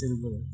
silver